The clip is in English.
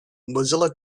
mozilla